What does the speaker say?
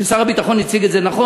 שר הביטחון הציג את זה נכון.